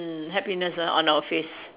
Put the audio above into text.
mm happiness ah on our face